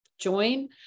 join